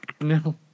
No